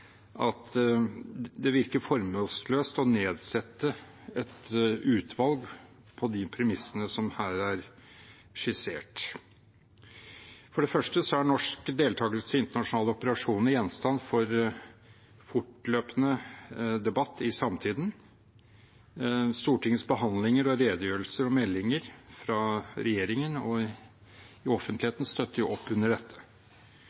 at det virker formålsløst å nedsette et utvalg på de premissene som her er skissert. For det første er norsk deltakelse i internasjonale operasjoner gjenstand for fortløpende debatt i samtiden. Stortingets behandlinger, redegjørelser og meldinger fra regjeringen i offentlighet støtter opp under dette.